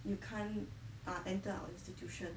you can't ah enter our institution